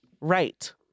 right